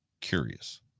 Curious